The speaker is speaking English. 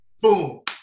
Boom